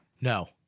No